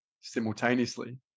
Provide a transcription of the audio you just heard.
simultaneously